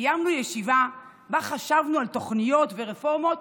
קיימנו ישיבה שבה חשבנו על תוכניות ורפורמות